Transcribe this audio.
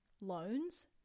loans